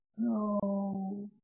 No